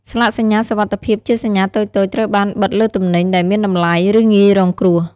ស្លាកសញ្ញាសុវត្ថិភាពជាសញ្ញាតូចៗត្រូវបានបិទលើទំនិញដែលមានតម្លៃ ឬងាយរងគ្រោះ។